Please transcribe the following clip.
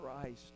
Christ